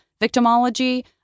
victimology